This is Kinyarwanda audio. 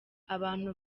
abantu